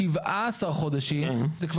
היו אז אחוזי השתקעות שנעו סביב 65% וגם היום זה האחוז.